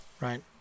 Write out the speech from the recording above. Right